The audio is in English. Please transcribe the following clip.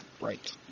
right